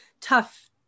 tough